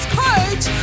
coach